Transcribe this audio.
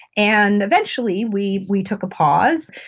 and eventually we we took a pause,